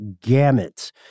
gamut